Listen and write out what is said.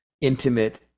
intimate